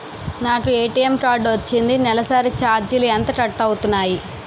నాకు ATM card వచ్చింది నెలసరి ఛార్జీలు ఎంత కట్ అవ్తున్నాయి?